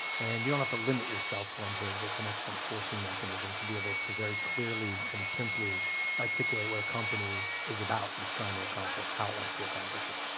and you don't have to limit yourself to one page but it's an excellent forcing mechanism to be able to very clearly and simply articulate what company is about, what it's trying to accomplish, how it wants to accomplish it.